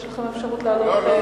יש לכם אפשרות לעלות,